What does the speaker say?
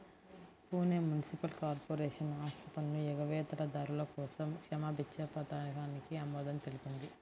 Pune municipal corporation ఆస్తిపన్ను ఎగవేతదారుల కోసం క్షమాభిక్ష పథకానికి ఆమోదం తెలిపింది